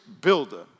builder